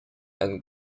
and